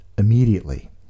immediately